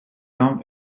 town